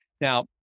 Now